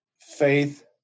faith